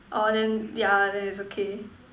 or then ya then its okay